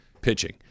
pitching